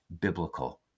biblical